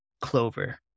Clover